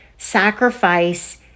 Sacrifice